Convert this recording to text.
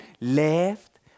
left